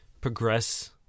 progress